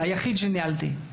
והיחיד שניהלתי.